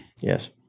Yes